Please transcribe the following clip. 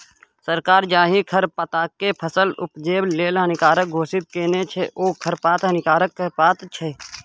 सरकार जाहि खरपातकेँ फसल उपजेबा लेल हानिकारक घोषित केने छै ओ खरपात हानिकारक खरपात छै